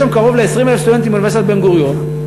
יש שם קרוב ל-20,000 סטודנטים באוניברסיטת בן-גוריון,